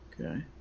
Okay